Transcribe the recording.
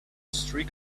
streak